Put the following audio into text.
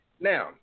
Now